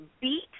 beat